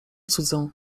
cudzą